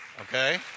Okay